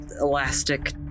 elastic